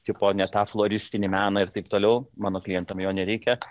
tipo ne tą floristinį meną ir taip toliau mano klientam jo nereikia